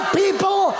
people